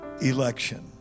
election